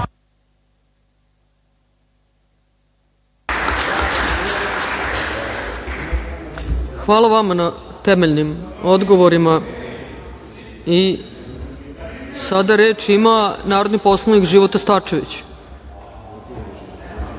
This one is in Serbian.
Hvala vama, ne temeljnim odgovorima. Reč ima narodni poslanik Života Starčević.